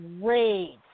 great